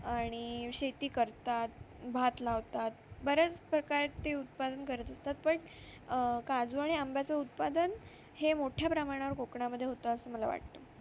आणि शेती करतात भात लावतात बऱ्याच प्रकारे ते उत्पादन करत असतात बट काजू आणि आंब्याचं उत्पादन हे मोठ्या प्रमाणावर कोकणामध्ये होतं असं मला वाटतं